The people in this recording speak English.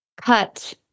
cut